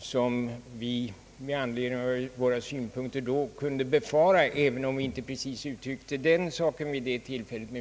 som vi utifrån våra synpunkter då befarade kunna inträda även om vi inte precis uttryckte saken på så sätt vid det tillfället.